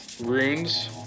runes